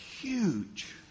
huge